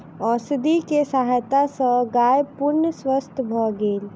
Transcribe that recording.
औषधि के सहायता सॅ गाय पूर्ण स्वस्थ भ गेल